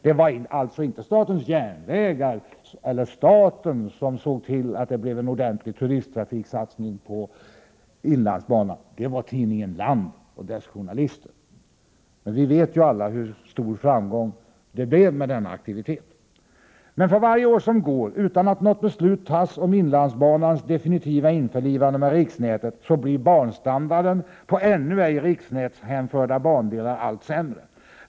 Det var alltså inte statens järnvägar eller staten som såg till att det blev en ordentlig turisttrafiksatsning på inlandsbanan, det var tidningen Land och dess journalister. Vi vet alla hur stor framgång den aktiviteten fick. Men för varje år som går utan att något beslut tas om inlandsbanans definitiva införlivande med riksnätet blir banstandarden på ännu ej riksnätshänförda bandelar allt sämre.